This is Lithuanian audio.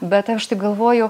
bet aš taip galvoju